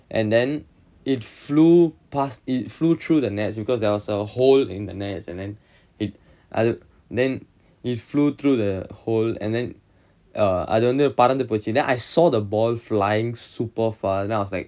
and then it flew past it flew through the NETS because there was a hole in the NETS and then it then it flew through the hole and then err அது வந்து பறந்து போச்சு:athu vanthu paranthu pochu then I saw the ball flying super far then I was like